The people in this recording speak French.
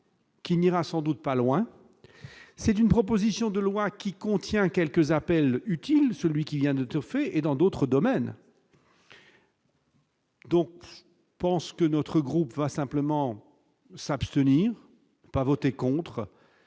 qui n'ira sans doute pas loin, c'est une proposition de loi qui contient quelques appels utiles : celui qui vient de trophées et dans d'autres domaines. Donc je pense que notre groupe va simplement s'abstenir pas voter contre